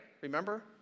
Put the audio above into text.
Remember